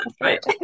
right